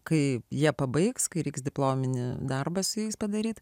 kai jie pabaigs kai reiks diplominį darbą su jais padaryti